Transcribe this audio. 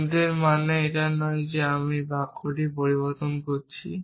কিন্তু এর মানে এই নয় যে আমি বাক্যটি পরিবর্তন করেছি